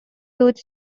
huge